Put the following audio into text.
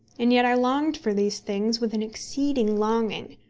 and yet i longed for these things with an exceeding longing.